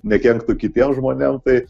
nekenktų kitiem žmonėm tai